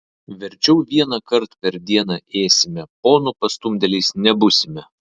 verčiau vienąkart per dieną ėsime ponų pastumdėliais nebūsime